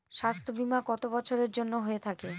স্বাস্থ্যবীমা কত বছরের জন্য হয়ে থাকে?